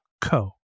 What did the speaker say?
co